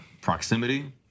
proximity